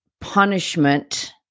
punishment